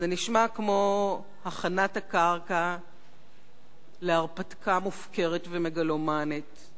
שהדברים נשמעים כמו הכנת הקרקע להרפתקה מופקרת ומגלומנית.